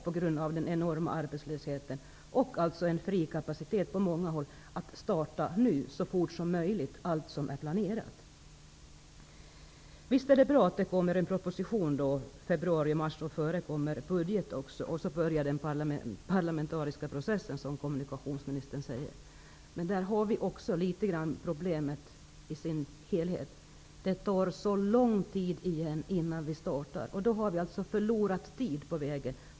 På grund av den enorma arbetslösheten finns det en fri kapacitet på många håll. Därför finns det behov av att starta allt som är planerat så fort som möjligt. Det är bra att det kommer en proposition i februarimars, och före dess kommer budgetpropositionen. Sedan börjar den parlamentariska processen, som kommunikationsministern sade. Där ligger också problemet i sin helhet. Det tar så lång tid innan vi startar, och då har vi förlorat tid på vägen.